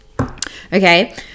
okay